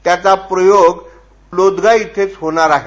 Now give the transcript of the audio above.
त्याचा प्रयोग लोदगा इथं होणार आहे